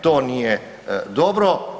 To nije dobro.